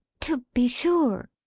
to be sure!